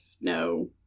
no